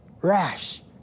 rash